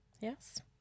Yes